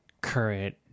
current